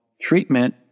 treatment